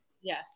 Yes